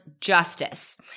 justice